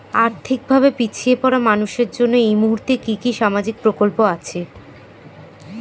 আর্থিক ভাবে পিছিয়ে পড়া মানুষের জন্য এই মুহূর্তে কি কি সামাজিক প্রকল্প আছে?